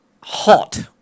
hot